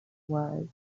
was